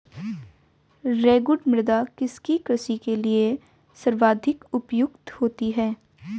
रेगुड़ मृदा किसकी कृषि के लिए सर्वाधिक उपयुक्त होती है?